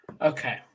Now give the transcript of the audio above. Okay